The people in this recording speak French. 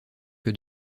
que